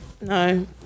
No